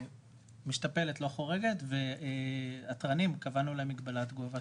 משתפלת לא חורגת והתרנים קבענו להם מגבלת גובה